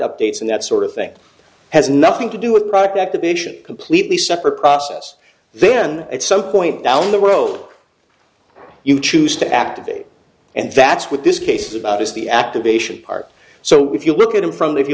updates and that sort of thing has nothing to do with product activation completely separate process then at some point down the road you choose to activate and that's what this case is about is the activation part so if you look at them from if you